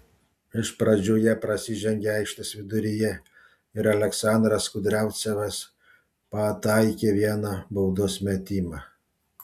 iš pradžių jie prasižengė aikštės viduryje ir aleksandras kudriavcevas pataikė vieną baudos metimą